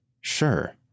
Sure